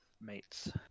mates